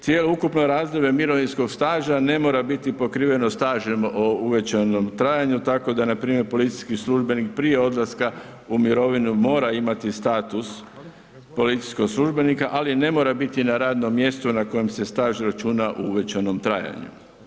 Cijelo ukupno razdoblje mirovinskog staža ne mora biti pokriveno stažem u uvećanom trajanju tako npr. policijski službenik prije odlaska u mirovinu mora imati status policijskog službenika ali ne mora biti na radnom mjestu na kojem se staž računa u uvećanom trajanju.